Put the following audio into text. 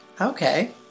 Okay